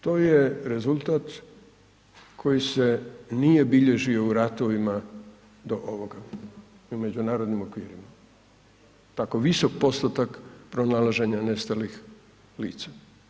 To je rezultat koji se nije bilježio u ratovima do ovoga u međunarodnim okvirima, tako visok postotak pronalaženja nestalih lica.